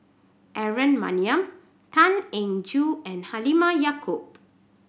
Aaron Maniam Tan Eng Joo and Halimah Yacob